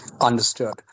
Understood